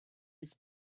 his